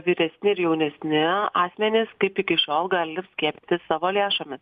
vyresni ir jaunesni asmenys kaip iki šiol gali skiepytis savo lėšomis